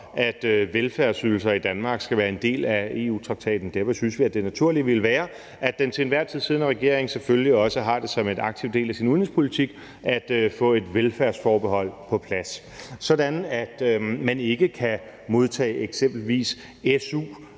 at velfærdsydelser i Danmark skal være en del af EU-traktaten. Derfor synes vi, at det naturlige ville være, at den til enhver tid siddende regering selvfølgelig også har det som en aktiv del af sin udenrigspolitik at få et velfærdsforbehold på plads, sådan at man ikke kan modtage eksempelvis su